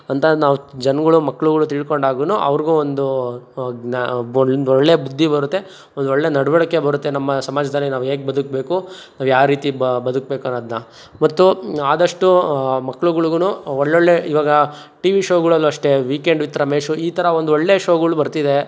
ಅಂತ ನಾವು ಜನಗಳು ಮಕ್ಳುಗಳು ತಿಳ್ಕೊಂಡಾಗಲು ಅವ್ರಿಗೂ ಒಂದು ಜ್ಞಾ ಒಂದೊಳ್ಳೆ ಬುದ್ಧಿ ಬರುತ್ತೆ ಒಂದೊಳ್ಳೆ ನಡೆವಳ್ಕೆ ಬರುತ್ತೆ ನಮ್ಮ ಸಮಾಜದಲ್ಲಿ ನಾವೇಗೆ ಬದುಕಬೇಕು ನಾವು ಯಾವ ರೀತಿ ಬದುಕಬೇಕು ಅನ್ನೋದನ್ನ ಮತ್ತು ಆದಷ್ಟು ಮಕ್ಳುಗಳಿಗೂ ಒಳ್ಳೊಳ್ಳೆ ಇವಾಗ ಟಿ ವಿ ಶೋಗಳಲ್ಲು ಅಷ್ಟೇ ವೀಕೆಂಡ್ ವಿತ್ ರಮೇಶು ಈ ಥರ ಒಂದು ಒಳ್ಳೆ ಶೋಗಳು ಬರ್ತಿದೆ